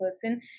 person